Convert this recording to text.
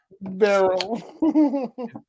Barrel